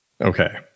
Okay